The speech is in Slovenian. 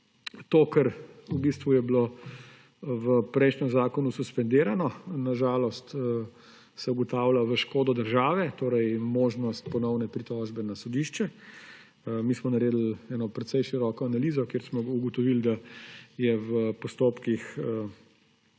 to, kar v bistvu je bilo v prejšnjem zakonu suspendirano – na žalost se ugotavlja v škodo države –, torej možnost ponovne pritožbe na sodišče. Mi smo naredili precej široko analizo, kjer smo ugotovili, da je v postopkih